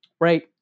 right